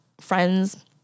friends